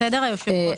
בסדר, היושב-ראש?